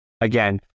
again